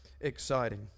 exciting